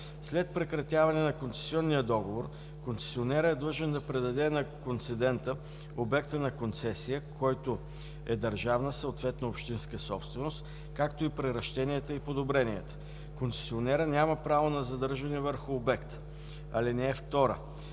След прекратяване на концесионния договор концесионерът е длъжен да предаде на концедента обекта на концесия, който е държавна, съответно общинска собственост, както и приращенията и подобренията. Концесионерът няма право на задържане върху обекта. (2) За